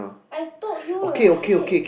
I told you right